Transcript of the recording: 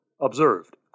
observed